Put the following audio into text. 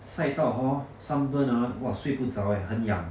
晒到 hor sunburn ah !wah! 睡不着 leh 很痒